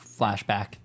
Flashback